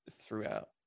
throughout